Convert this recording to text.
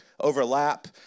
overlap